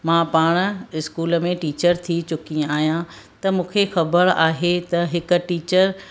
मां पाण इस्कूल में टीचर थी चुकी आहियां त मूंखे ख़बरु आहे त हिकु टीचर